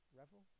revel